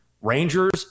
Rangers